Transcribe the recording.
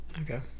Okay